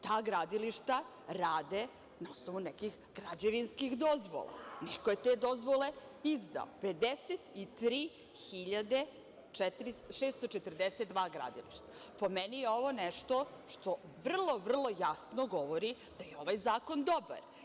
Ta gradilišta rade na osnovu nekih građevinskih dozvola, neko je te dozvole izdao, 53. 642 gradilišta, po meni je ovo nešto što vrlo jasno govori da je ovaj zakon dobar.